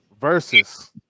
versus